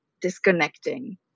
disconnecting